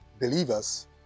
believers